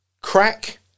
crack